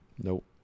Nope